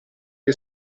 che